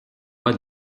lois